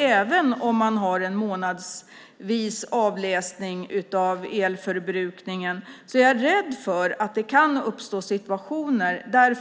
Även om det är en avläsning månadsvis av elförbrukningen är jag rädd för att det kan uppstå situationer där